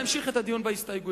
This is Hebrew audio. להמשיך את הדיון בהסתייגויות.